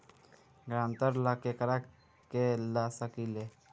ग्रांतर ला केकरा के ला सकी ले?